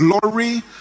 glory